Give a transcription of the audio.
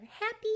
happy